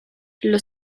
los